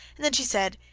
then she said,